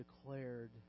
declared